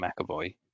McAvoy